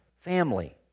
family